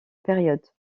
période